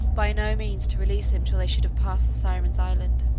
by no means to release him till they should have passed the sirens' island.